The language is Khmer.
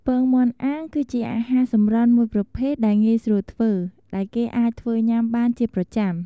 ពងមាន់អាំង គឺជាអាហារសម្រន់មួយប្រភេទដែលងាយស្រួលធ្វើ ដែលគេអាចធ្វើញ៉ាំបានជាប្រចាំ។